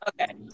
Okay